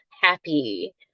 happy